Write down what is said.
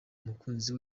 umukunzi